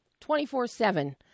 24-7